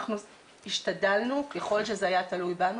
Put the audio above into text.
אנחנו השתדלנו ככל שזה היה תלוי בנו,